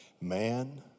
man